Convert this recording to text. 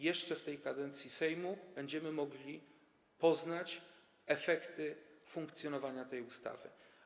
Jeszcze w tej kadencji Sejmu będziemy mogli poznać efekty funkcjonowania tej ustawy.